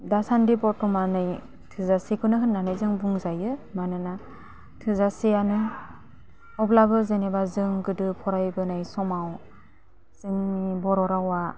दासान्दि बर्ट'मानै थोजासेखौनो होन्नानै जों बुंजायो मानोना थोजासेयानो अब्लाबो जेनेबा जों गोदो फरायबोनाय समाव जोंनि बर'रावा